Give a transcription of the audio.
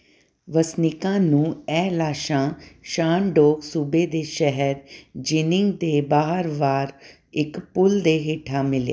ਵਸਨੀਕਾਂ ਨੂੰ ਇਹ ਲਾਸ਼ਾਂ ਸ਼ਾਨਡੋਂਗ ਸੂਬੇ ਦੇ ਸ਼ਹਿਰ ਜਿਨਿੰਗ ਦੇ ਬਾਹਰਵਾਰ ਇੱਕ ਪੁਲ ਦੇ ਹੇਠਾਂ ਮਿਲੀਆਂ